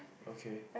okay